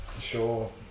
Sure